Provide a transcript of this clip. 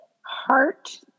heart